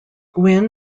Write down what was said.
gwin